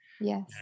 yes